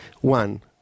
One